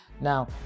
Now